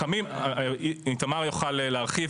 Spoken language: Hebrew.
איתמר יוכל להרחיב.